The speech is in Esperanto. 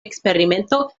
eksperimento